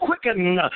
quicken